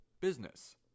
business